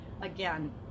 again